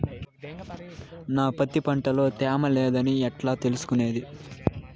నా పత్తి పంట లో తేమ లేదని ఎట్లా తెలుసుకునేది?